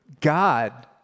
God